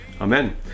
Amen